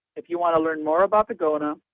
if you want to learn more about the gona,